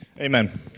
Amen